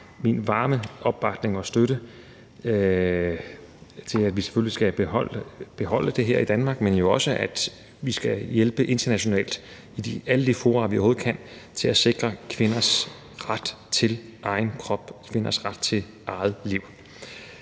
min varme opbakning og støtte til, at vi selvfølgelig skal beholde det her i Danmark, men jo også, at vi skal hjælpe internationalt i alle de fora, vi overhovedet kan, med at sikre kvinders ret til egen krop, kvinders ret til eget liv.